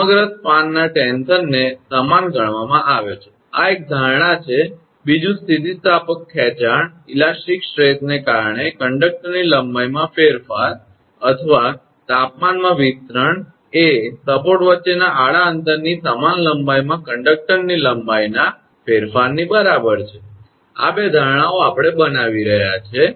સમગ્ર સ્પાનના ટેન્શનને સમાન ગણવામાં આવે છે આ એક ધારણા છે બીજું સ્થિતિસ્થાપક ખેંચાણને કારણે કંડકટરની લંબાઈમાં ફેરફાર અથવા તાપમાનમાં વિસ્તરણ એ સપોર્ટ વચ્ચેનાં આડા અંતરની સમાન લંબાઈમાં કંડક્ટરની લંબાઈના ફેરફારની બરાબર છે આ બે ધારણાઓ આપણે બનાવી રહ્યા છીએ